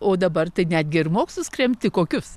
o dabar tai netgi ir mokslus kremti kokius